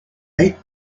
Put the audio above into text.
eight